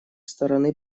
стороны